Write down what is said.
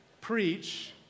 preach